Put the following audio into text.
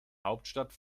hauptstadt